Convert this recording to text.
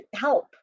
help